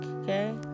okay